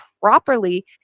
properly